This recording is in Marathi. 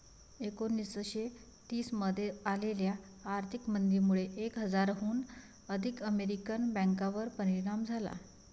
एकोणीसशे तीस मध्ये आलेल्या आर्थिक मंदीमुळे एक हजाराहून अधिक अमेरिकन बँकांवर परिणाम झाला